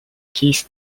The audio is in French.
keith